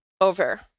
over